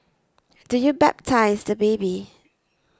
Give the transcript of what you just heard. do you baptise the baby